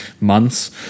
months